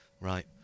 Right